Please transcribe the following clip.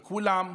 בכולם.